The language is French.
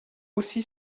ainsi